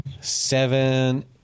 seven